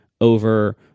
over